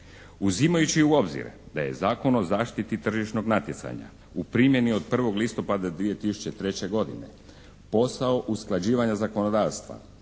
Uzimajući u obzir da je Zakon o zaštiti tržišnog natjecanja u primjeni od 1. listopada 2003. godine posao usklađivanja zakonodavstva